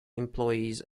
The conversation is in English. employees